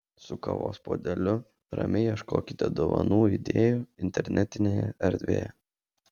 su kavos puodeliu ramiai ieškokite dovanų idėjų internetinėje erdvėje